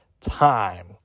Time